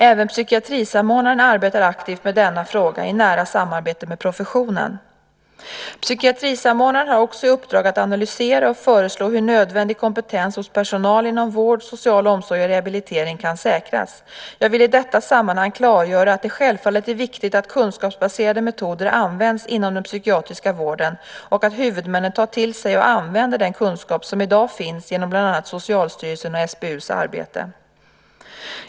Även psykiatrisamordnaren arbetar aktivt med denna fråga i nära samarbete med professionen. Psykiatrisamordnaren har också i uppdrag att analysera och föreslå hur nödvändig kompetens hos personal inom vård, social omsorg och rehabilitering kan säkras. Jag vill i detta sammanhang klargöra att det självfallet är viktigt att kunskapsbaserade metoder används inom den psykiatriska vården och att huvudmännen tar till sig och använder den kunskap som i dag finns genom bland annat Socialstyrelsens och SBU:s arbete.